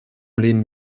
lehnen